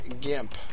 Gimp